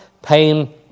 pain